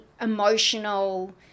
emotional